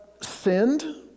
sinned